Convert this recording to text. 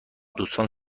دوستان